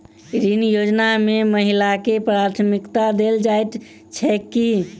ऋण योजना मे महिलाकेँ प्राथमिकता देल जाइत छैक की?